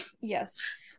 yes